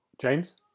James